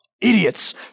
Idiots